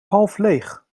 halfleeg